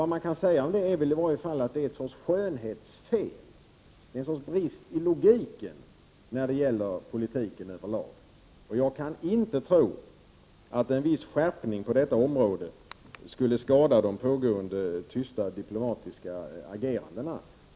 Vad man kan säga om det är väl i varje fall att det är en sorts skönhetsfel, en sorts brist i logiken när det gäller politiken över lag. Jag kan inte tro att en viss skärpning på detta område skulle skada de pågående tysta diplomatiska agerandena.